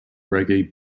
reggae